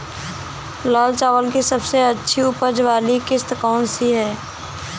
लाल चावल की सबसे अच्छी उपज वाली किश्त कौन सी है?